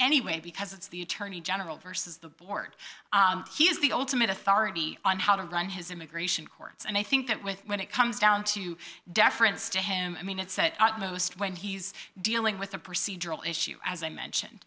any way because it's the attorney general versus the board he is the ultimate authority on how to run his immigration courts and i think that with when it comes down to deference to him i mean it's that most when he's dealing with a procedural issue as i mentioned